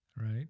right